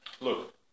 look